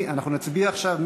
נצביע עכשיו,